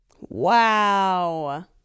Wow